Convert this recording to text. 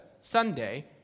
Sunday